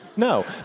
No